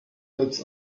als